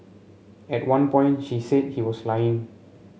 at one point she said he was lying